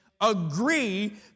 agree